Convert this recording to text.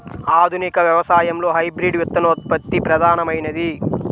ఆధునిక వ్యవసాయంలో హైబ్రిడ్ విత్తనోత్పత్తి ప్రధానమైనది